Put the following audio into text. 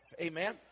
Amen